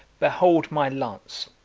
behold my lance,